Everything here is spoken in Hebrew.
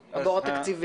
כן.